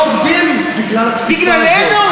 כמה עובדים לא עובדים בגלל התפיסה הזאת?